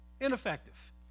Ineffective